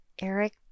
Eric